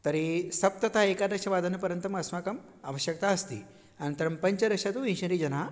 तर्हि सप्ततः एकादशवादनपर्यन्तम् अस्माकम् आवश्यक्ता अस्ति अनन्तरं पञ्चदश तु विंशतिजनाः